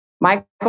Michael